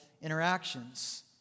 interactions